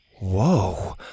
Whoa